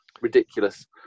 Ridiculous